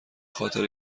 خاطر